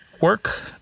work